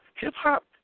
hip-hop